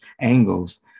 angles